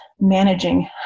managing